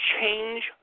change